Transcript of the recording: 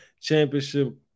championship